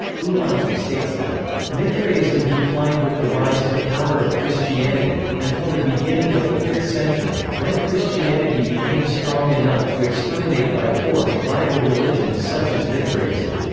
ulansey states that mithraism declined with the rise to power of christianity, until the beginning of the fifth century, when christianity became strong enough to exterminate by force rival religions such as mithraism.